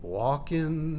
walking